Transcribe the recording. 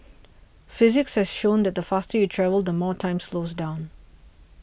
physics has shown that the faster you travel the more time slows down